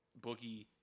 Boogie